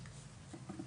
נתוני מפתח).